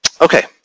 Okay